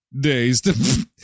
days